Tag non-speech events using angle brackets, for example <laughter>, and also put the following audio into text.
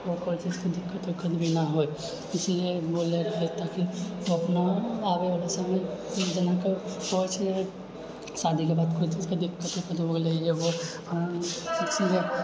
ओकरा दिक्कत उक्कत भी नहि होए इसलिए बोले रहिऐ ताकि अपना आबए वाला समय जेनाकि कोइ चीजके शादीके बाद कोइ चीजके दिक्कत <unintelligible>